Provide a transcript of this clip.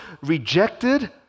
rejected